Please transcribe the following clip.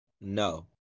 No